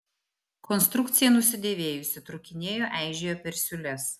konstrukcija nusidėvėjusi trūkinėjo eižėjo per siūles